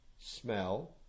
Smell